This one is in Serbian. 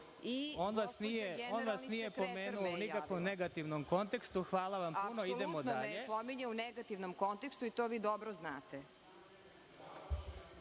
On vas nije pomenuo u nikakvom negativnom kontekstu. Hvala vam puno. Idemo dalje. **Marinika Tepić** Apsolutno me je pominjao u negativnom kontekstu i to vi dobro znate.